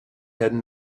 had